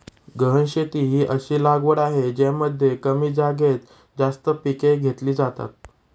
गहन शेती ही अशी लागवड आहे ज्यामध्ये कमी जागेत जास्त पिके घेतली जातात